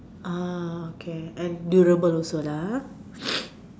uh okay and durable also lah ah